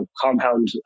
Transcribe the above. compound